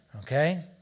okay